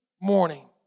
morning